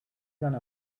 gonna